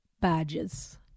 Badges